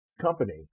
company